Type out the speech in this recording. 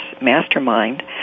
Mastermind